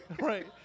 Right